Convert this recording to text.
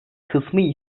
kısmı